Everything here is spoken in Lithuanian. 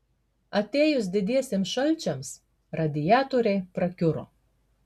atėjus didiesiems šalčiams radiatoriai prakiuro